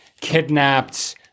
kidnapped